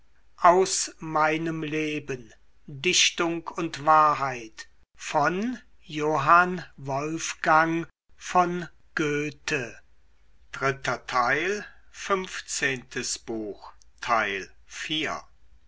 aus meinem leben dichtung und wahrheit